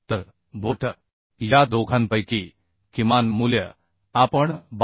तर बोल्ट या दोघांपैकी किमान मूल्य आपण 72